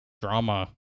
drama